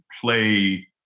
play